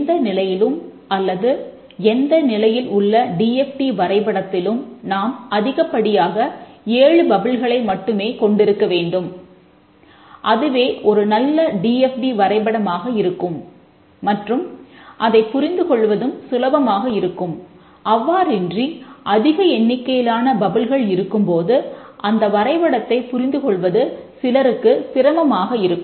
எந்த நிலையிலும் அல்லது எந்த நிலையில் உள்ள டி எஃப் டி இருக்கும்போது அந்த வரைபடத்தை புரிந்துகொள்வது சிலருக்கு சிரமமாக இருக்கும்